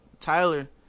Tyler